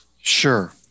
Sure